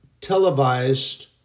televised